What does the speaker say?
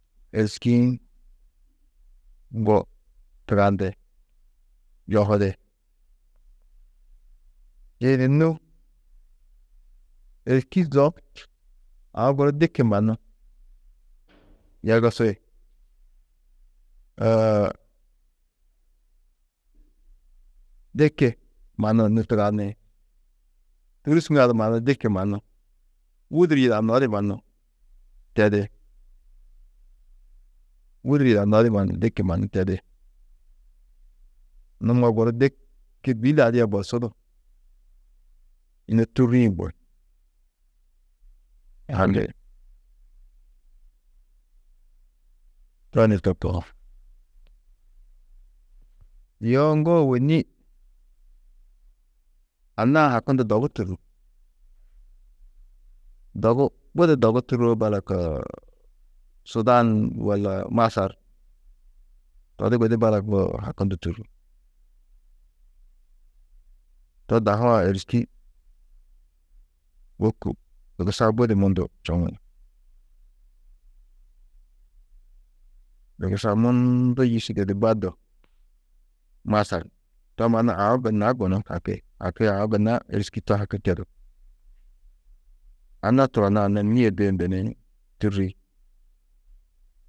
Êriski-ĩ ŋgo tugandi, yohidi, čîidi nû êriski zo aũ guru diki mannu yogusi, diki mannu nû tugani, tûrism ŋadu diki mannu, wûdur yidanodi mannu tedi, wûdur yidanodi mannu, diki mannu tedi, numo guru diki bî ladia borsu du nû tûrrĩ koo, to ni to koo. Yo ŋgo ôwonni anna-ã hakundu dogu tûrrú, dogu, budi dogu tûrroo, balak Sudan walla, Masar, to di gudi balak hakundu tûrrú, to dahu-ã êriski wôku dugusa budi mundu čoŋi. Dugusa mundu yîsidodi baddu Masar, to mannu aũ gunna gunú haki, haki aũ gunna êriski to haki tedú, anna turonna, anna nîe duyundu ni tûrri.